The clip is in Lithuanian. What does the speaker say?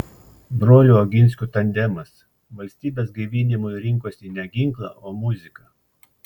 brolių oginskių tandemas valstybės gaivinimui rinkosi ne ginklą o muziką